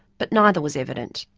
butneither was evident,